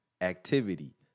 activity